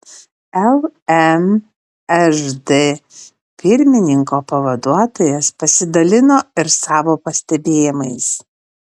lmžd pirmininko pavaduotojas pasidalino ir savo pastebėjimais